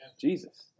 Jesus